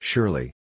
Surely